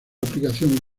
aplicación